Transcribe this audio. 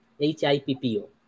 H-I-P-P-O